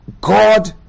God